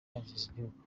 igihugu